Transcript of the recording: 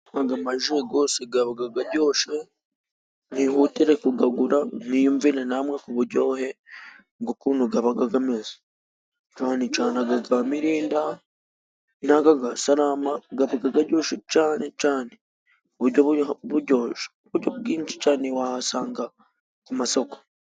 Aga maji gose gabaga garyoshe. Mwihutire kugagura mwiyumvire namwe ku buryohe bw'ukuntu gabaga gameze. Cane cane aga ga mirinda n'aga ga sarama gabaga garyoshe cane cane uburyo buryoshe, uburyo bwinshi cane ntiwahasanga ku masoko.